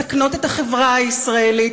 מסכנות את החברה הישראלית,